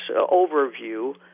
overview